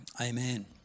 amen